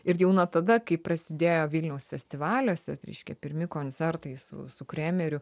ir jau nuo tada kai prasidėjo vilniaus festivaliuose tai reiškia pirmi koncertai su su kremeriu